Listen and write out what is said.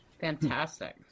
Fantastic